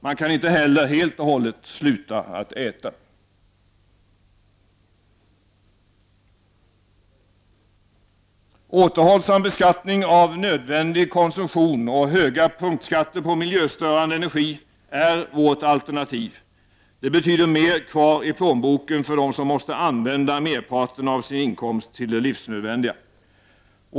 Man kan inte heller helt och hållet sluta att äta. Återhållsam beskattning av nödvändig konsumtion och höga punktskatter på miljöstörande energi är vårt alternativ. Det betyder mer kvar i plånboken för dem som måste använda merparten av sin inkomst till det livsnödvändiga.